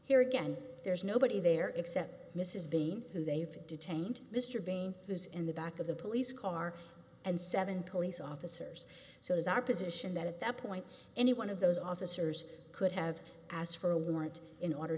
here again there's nobody there except mrs b who they've detained mr bean who's in the back of the police car and seven police officers so as our position that at that point any one of those officers could have asked for a warrant in order